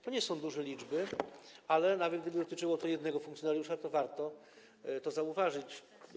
To nie są duże liczby, ale nawet gdyby to dotyczyło tylko jednego funkcjonariusza, to warto to zauważyć.